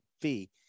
fee